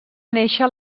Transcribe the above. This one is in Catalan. néixer